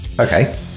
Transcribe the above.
Okay